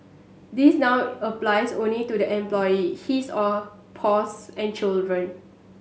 this now applies only to the employee his or and children